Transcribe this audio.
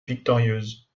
victorieuse